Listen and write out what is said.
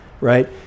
right